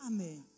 Amen